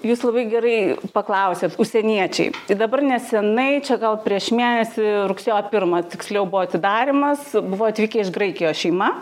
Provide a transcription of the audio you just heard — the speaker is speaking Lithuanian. jūs labai gerai paklausėt užsieniečiai ir dabar nesenai čia gal prieš mėnesį rugsėjo pirmą tiksliau buvo atidarymas buvo atvykę iš graikijos šeima